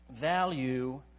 value